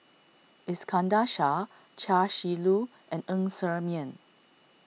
Iskandar Shah Chia Shi Lu and Ng Ser Miang